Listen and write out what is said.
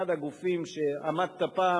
אחד הגופים שעמדת פעם,